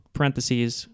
Parentheses